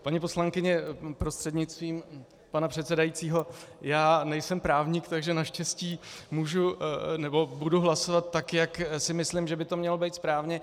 Paní poslankyně prostřednictvím pana předsedajícího, já nejsem právník, takže naštěstí můžu nebo budu hlasovat tak, jak si myslím, že by to mělo být správně.